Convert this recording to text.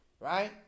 Right